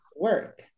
work